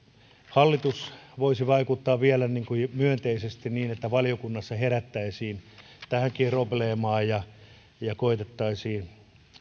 hallitus voisi vaikuttaa vielä myönteisesti niin että valiokunnassa herättäisiin tähänkin probleemaan ja ja koetettaisiin